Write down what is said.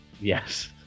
Yes